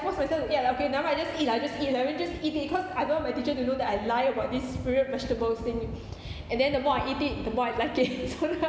force myself to eat okay never mind just eat lah just eat lah I mean just eat it cause I don't want my teacher to know that I lie about this favourite vegetables thing and then the more I eat it the more I like it so now